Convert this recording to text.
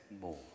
more